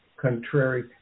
contrary